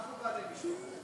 גם אנחנו בעלי משפחות.